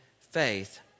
faith